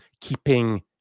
keeping